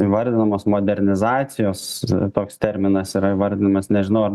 įvardinamos modernizacijos toks terminas yra įvardinamas nežinau ar